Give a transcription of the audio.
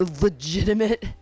legitimate